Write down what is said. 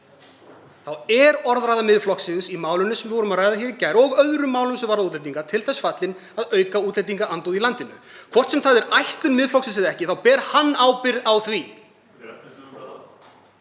er orðræða Miðflokksins í málinu sem við vorum að ræða í gær og öðrum málum sem varða útlendinga, til þess fallin að auka útlendingaandúð í landinu. Hvort sem það er ætlun Miðflokksins eða ekki þá ber hann ábyrgð á því.